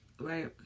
right